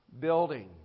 building